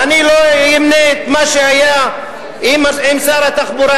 ואני לא אמנה את מה שהיה עם שר התחבורה,